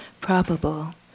probable